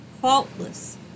faultless